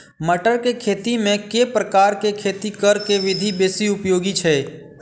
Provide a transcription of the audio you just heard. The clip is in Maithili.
मटर केँ खेती मे केँ प्रकार केँ खेती करऽ केँ विधि बेसी उपयोगी छै?